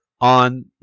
on